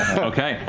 okay. that